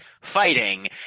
fighting